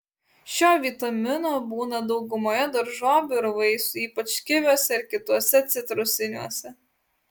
šio vitamino būna daugumoje daržovių ir vaisių ypač kiviuose ir kituose citrusiniuose